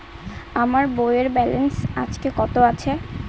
আমার বইয়ের ব্যালেন্স আজকে কত আছে?